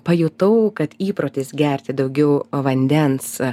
pajutau kad įprotis gerti daugiau vandens